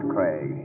Craig